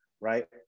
right